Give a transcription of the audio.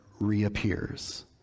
reappears